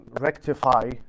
rectify